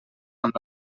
amb